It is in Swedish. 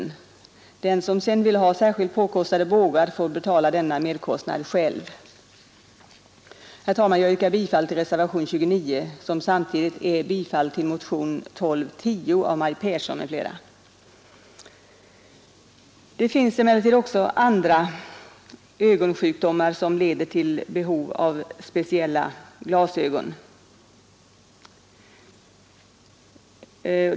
Den som sedan vill ha särskilt påkostade bågar får betala denna merkostnad själv. Herr talman! Jag yrkar bifall till reservationen 29, vilket samtidigt innebär bifall till motionen 1210 av fröken Pehrsson m.fl. Det finns emellertid också andra ögonsjukdomar, som leder till behov av speciella glasögon.